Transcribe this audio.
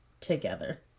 together